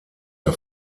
der